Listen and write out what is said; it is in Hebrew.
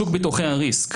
שוק ביטוחי הריסק,